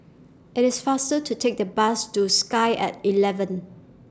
IT IS faster to Take The Bus to Sky At eleven